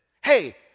hey